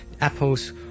Apple's